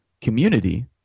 community